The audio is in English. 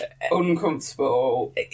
uncomfortable